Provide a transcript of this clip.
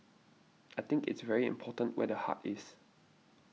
I think it's very important where the heart is